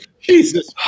Jesus